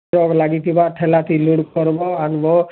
truck ଲାଗିଥିବା ଠେଲା ଥି ଲୋଡ଼୍ କର୍ବ ଆନ୍ବ